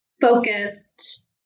focused